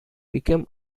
became